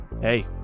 hey